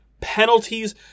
penalties